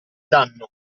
danno